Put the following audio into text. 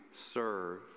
serve